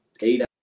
eight